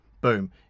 boom